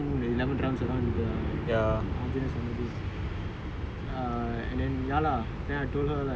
so afterwards I told like that day that time I she knows that I went eleven rounds around the Anjaneyar சன்னதி:anjaneyar sannathi